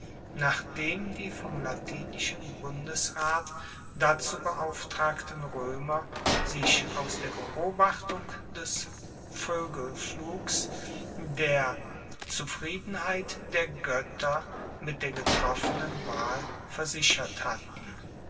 nachdem die vom latinischen bundesrat dazu beauftragten roemer sich aus der beobachtung des voegelflugs der zufriedenheit der goetter mit der getroffenen wahl versichert hatten